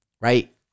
Right